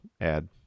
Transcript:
add